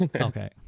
Okay